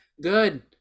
good